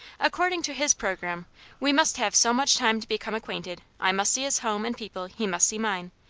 according to his programme we must have so much time to become acquainted, i must see his home and people, he must see mine.